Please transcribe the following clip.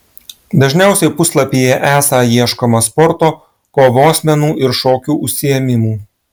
dažniausiai puslapyje esą ieškoma sporto kovos menų ir šokių užsiėmimų